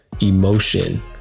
emotion